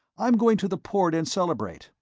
i'm going to the port and celebrate,